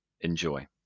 Enjoy